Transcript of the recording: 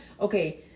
okay